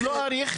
אני לא אאריך.